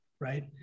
right